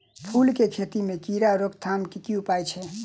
फूल केँ खेती मे कीड़ा रोकथाम केँ की उपाय छै?